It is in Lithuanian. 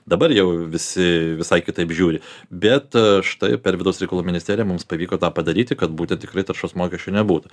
dabar jau visi visai kitaip žiūri bet štai per vidaus reikalų ministeriją mums pavyko tą padaryti kad būtent tikrai taršos mokesčio nebūtų